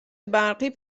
برقی